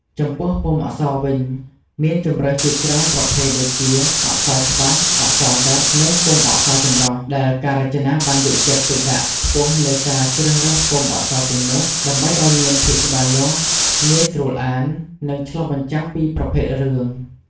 ចំពោះពុម្ពអក្សរវិញ មានជម្រើសជាច្រើនប្រភេទដូចជា អក្សរច្បាស់ អក្សរដិត និងពុម្ពអក្សរចម្រុះ ដែលការរចនាបានយកចិត្តទុកដាក់ខ្ពស់លើការជ្រើសរើសពុម្ពអក្សរទាំងនោះ ដើម្បីឲ្យមានភាពច្បាស់លាស់ ងាយស្រួលអាន និងឆ្លុះបញ្ចាំងពីប្រភេទរឿង។